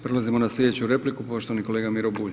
Prelazimo na sljedeću repliku, poštovani kolega Miro Bulj.